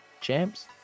champs